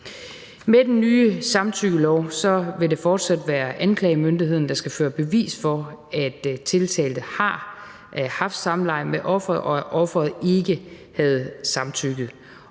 Med den ny samtykkelov vil det fortsat være anklagemyndigheden, der skal føre bevis for, at tiltalte har haft samleje med offeret, og at offeret ikke havde samtykket,